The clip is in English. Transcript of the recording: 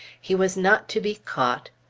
he was not to be caught!